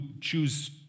choose